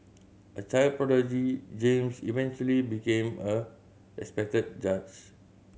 a child prodigy James eventually became a respected judge